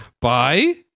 Bye